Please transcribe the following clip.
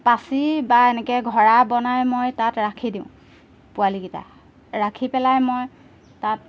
পাচি বা এনেকৈ ঘৰা বনাই মই তাত ৰাখি দিওঁ পোৱালিকেইটা ৰাখি পেলাই মই তাত